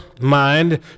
mind